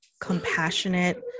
compassionate